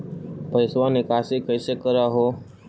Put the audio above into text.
पैसवा निकासी कैसे कर हो?